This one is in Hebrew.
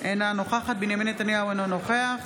אינה נוכחת בנימין נתניהו, אינו נוכח